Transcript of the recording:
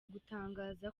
gutangaza